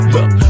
Look